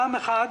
דבר אחד,